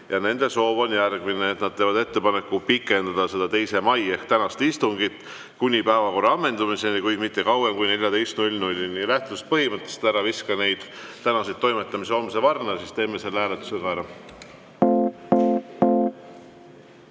Nende soov on järgmine. Nad teevad ettepaneku pikendada 2. mai ehk tänast istungit kuni päevakorra ammendumiseni, kuid mitte kauem kui kella 14‑ni. Lähtudes põhimõttest, et ära viska neid tänaseid toimetamisi homse varna, teeme selle hääletuse ära.